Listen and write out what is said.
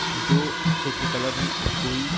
जो अच्छे अच्छे कलर हों उसको ही